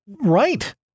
right